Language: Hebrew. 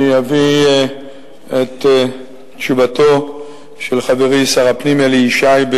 אני אביא את תשובתו של חברי שר הפנים אלי ישי,